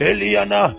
Eliana